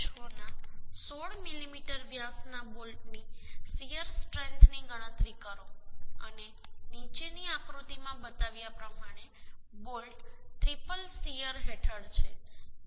6 ના 16 મીમી વ્યાસના બોલ્ટની શીયર સ્ટ્રેન્થની ગણતરી કરો અને નીચેની આકૃતિમાં બતાવ્યા પ્રમાણે બોલ્ટ ટ્રિપલ શીયર હેઠળ છે